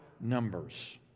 numbers